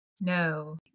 No